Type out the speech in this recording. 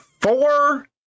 four